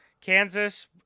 Kansas